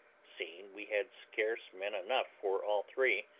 seeing we had scarce men enough for all three,